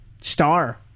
star